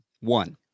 One